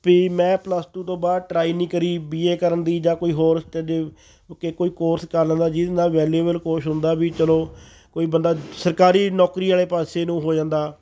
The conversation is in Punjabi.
ਵੀ ਮੈਂ ਪਲੱਸ ਟੂ ਤੋਂ ਬਾਅਦ ਟਰਾਈ ਨਹੀਂ ਕਰੀ ਬੀਏ ਕਰਨ ਦੀ ਜਾਂ ਕੋਈ ਹੋਰ ਸਟੱਡੀ ਕੋਈ ਕੋਰਸ ਕਰ ਲੈਂਦਾ ਜਿਹਦੇ ਨਾਲ ਵੈਲਿਊਵਲ ਕੋਰਸ ਹੁੰਦਾ ਵੀ ਚਲੋ ਕੋਈ ਬੰਦਾ ਸਰਕਾਰੀ ਨੌਕਰੀ ਵਾਲੇ ਪਾਸੇ ਨੂੰ ਹੋ ਜਾਂਦਾ